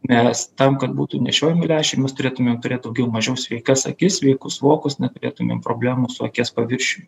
nes tam kad būtų nešiojami lęšiai mes turėtumėm turėt daugiau mažiau sveikas akis sveikus vokus neturėtumėm problemų su akies paviršiumi